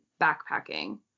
backpacking